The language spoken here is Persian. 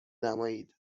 نمایید